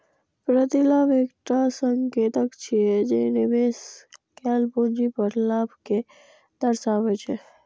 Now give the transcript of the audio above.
प्रतिलाभ एकटा संकेतक छियै, जे निवेश कैल पूंजी पर लाभ कें दर्शाबै छै